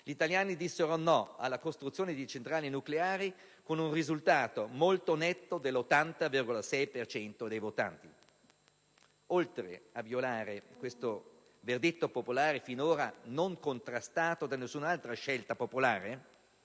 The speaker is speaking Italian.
gli italiani dissero no alla costruzione di centrali nucleari, con un risultato molto netto dell'80,6 per cento dei votanti. Oltre a violare questo verdetto popolare, finora non contrastato da nessuna altra scelta popolare,